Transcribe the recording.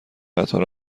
قطار